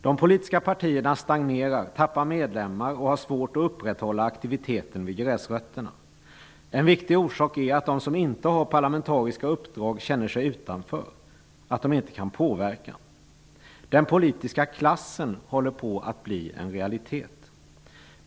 De politiska partierna stagnerar, tappar medlemmar och har svårt att upprätthålla aktiviteten vid gräsrötterna. En viktig orsak är att de som inte har parlamentariska uppdrag känner sig utanför. De kan inte påverka. Den politiska klassen håller på att bli en realitet.